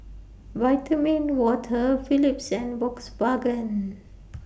Vitamin Water Philips and Volkswagen